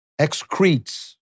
excretes